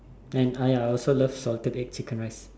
and ya I also love salted egg chicken rice